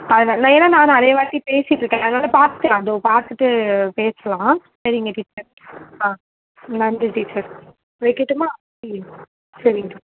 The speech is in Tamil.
அதனால தான் ஏன்னால் நான் நிறையா வாட்டி பேசிகிட்டுருக்கேன் அதனால பார்த்துக்கலாம் தோ பார்த்துட்டு பேசலாம் சரிங்க டீச்சர் ஆ நன்றி டீச்சர் வைக்கட்டுமா ம் சரிங்க